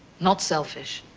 not selfish,